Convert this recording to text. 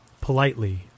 Politely